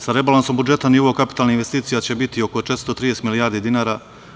Sa rebalansom budžeta nivo kapitalnih investicija će biti oko 430 milijardi dinara.